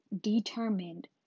determined